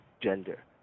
gender